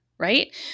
right